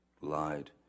lied